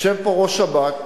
יושב-ראש השב"כ,